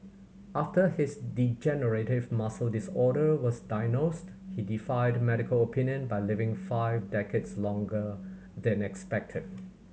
after his degenerative muscle disorder was diagnosed he defied medical opinion by living five decades longer than expected